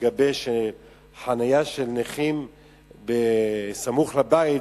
לגבי חניית נכים סמוך לבית,